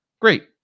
great